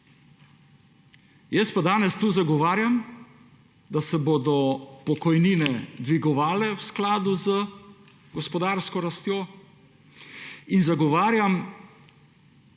Jaz pa danes tu zagovarjam, da se bodo pokojnine dvigovale v skladu z gospodarsko rastjo, in zagovarjam